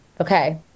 okay